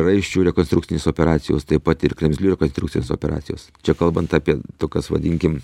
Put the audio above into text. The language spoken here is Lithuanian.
raiščių rekonstrukcinės operacijos taip pat ir kremzlių rekonstrukcinės operacijos čia kalbant apie tokias vadinkim